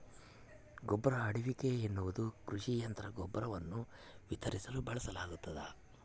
ಗೊಬ್ಬರ ಹರಡುವಿಕೆ ಎನ್ನುವುದು ಕೃಷಿ ಯಂತ್ರ ಗೊಬ್ಬರವನ್ನು ವಿತರಿಸಲು ಬಳಸಲಾಗ್ತದ